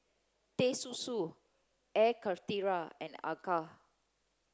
Teh Susu Air Karthira and Acar